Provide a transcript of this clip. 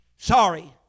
Sorry